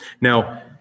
Now